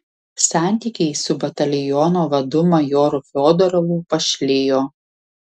santykiai su bataliono vadu majoru fiodorovu pašlijo